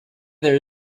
there